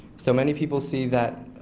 so many people see that,